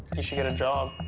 you should get a job.